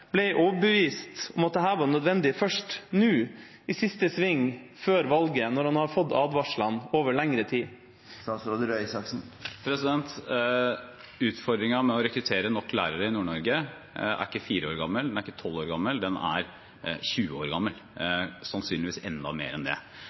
overbevist om at dette var nødvendig først nå i siste sving før valget, når han har fått advarslene i lengre tid. Utfordringen med å rekruttere nok lærere i Nord-Norge er ikke fire år gammel, den er ikke tolv år gammel, den er 20 år gammel